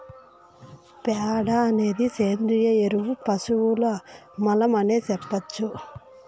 ప్యాడ అనేది సేంద్రియ ఎరువు పశువుల మలం అనే సెప్పొచ్చు